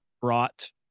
brought